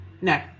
No